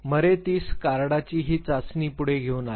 मरे तीस कार्डांची ही चाचणी घेऊन पुढे आले